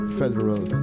federal